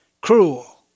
cruel